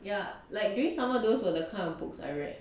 ya like during summer those are the kind of books I read